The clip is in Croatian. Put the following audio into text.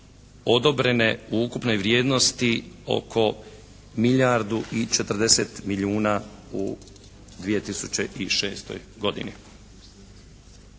odobrene u ukupnoj vrijednosti oko milijardu i 40 milijuna u 2006. godini.